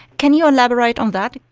can you elaborate on that?